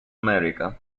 america